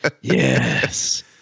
yes